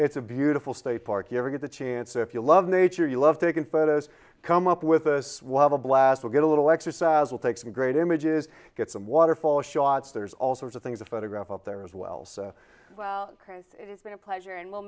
it's a beautiful state park you ever get the chance if you love nature you love taking photos come up with a blast or get a little exercise will take some great images get some waterfall shots there's all sorts of things to photograph up there as well well it's been a pleasure and we'll